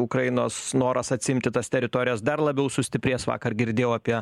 ukrainos noras atsiimti tas teritorijas dar labiau sustiprės vakar girdėjau apie